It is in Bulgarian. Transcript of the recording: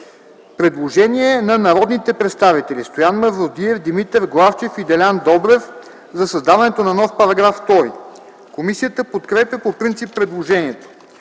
предложение на народните представители Стоян Мавродиев, Димитър Главчев и Делян Добрев за създаване на нов § 3. Комисията подкрепя по принцип предложението.